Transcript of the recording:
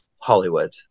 Hollywood